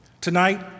Tonight